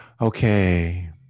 okay